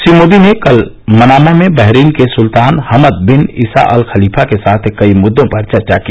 श्री मोदी ने कल मनामा में बहरीन के सुल्तान Hamad bin Isa Al Khalifa के साथ कई मुद्दों पर चर्चा की